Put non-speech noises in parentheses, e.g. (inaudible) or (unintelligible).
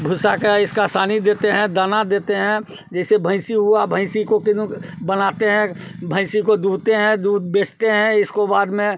भूसा का इसका सानी देते हैं दाना देते हैं जैसे भैंसी हुआ भैंसी को (unintelligible) बनाते हैं भैंसी को दूहते हैं दूध बेचते हैं इसको बाद में